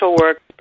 work